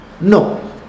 No